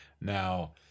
Now